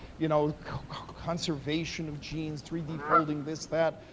you know, conservation of genes, three d folding, this, that.